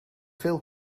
veel